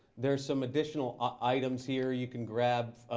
there's some additional items here you can grab.